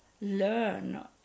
learn